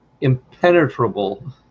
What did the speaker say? impenetrable